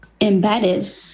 embedded